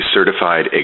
Certified